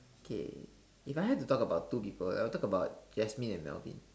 okay if I had to talk about two people I would talk about Jasmine and Melvin